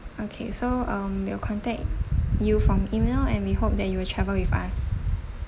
okay so um we'll contact you from email and we hope that you will travel with us